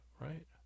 right